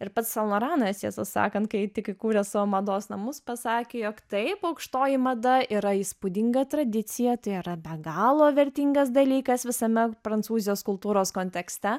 ir pats san loranas tiesą sakant kai tik įkūrė savo mados namus pasakė jog taip aukštoji mada yra įspūdinga tradicija tai yra be galo vertingas dalykas visame prancūzijos kultūros kontekste